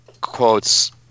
quotes